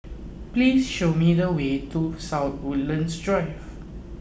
please show me the way to South Woodlands Drive